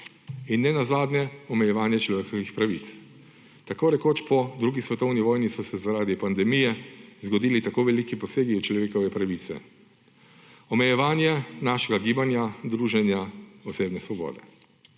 in nenazadnje omejevanje človekovih pravic. Tako rekoč po drugi svetovni vojni so se zaradi pandemije zgodili tako veliki posegi v človekove pravice. Omejevanje našega gibanja, druženja, osebne svobode.